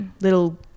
little